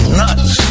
nuts